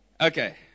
Okay